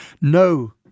No